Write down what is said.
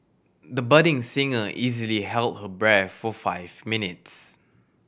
the budding singer easily held her breath for five minutes